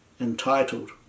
entitled